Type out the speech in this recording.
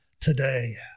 today